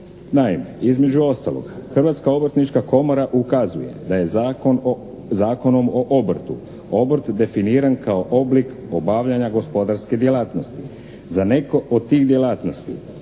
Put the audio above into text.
Naime, između ostalog Hrvatska obrtnička komora ukazuje da je Zakonom o obrtu obrt definiran kao oblik obavljanja gospodarske djelatnosti. Za neko od tih djelatnosti